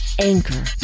anchor